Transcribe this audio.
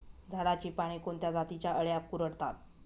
झाडाची पाने कोणत्या जातीच्या अळ्या कुरडतात?